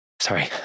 sorry